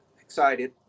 excited